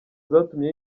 zatumye